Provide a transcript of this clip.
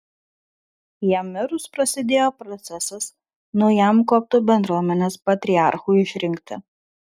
jam mirus prasidėjo procesas naujam koptų bendruomenės patriarchui išrinkti